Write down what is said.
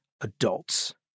Adults